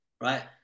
Right